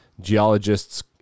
Geologists